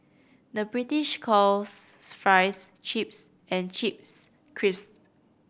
the British calls fries chips and chips crisps